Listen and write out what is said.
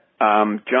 John